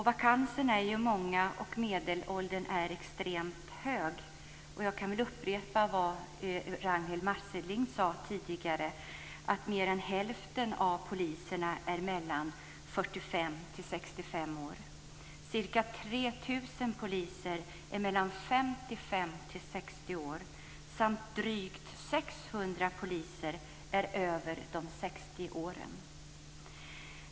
Vakanserna är ju många, och medelåldern är extremt hög. Jag kan väl upprepa vad Ragnwi Marcelind sade tidigare. Mer än hälften av poliserna är mellan 45 och 65 år. Ca 3 000 poliser är mellan 55 och 60 år. Drygt 600 poliser är över 60 år.